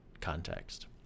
context